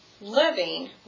living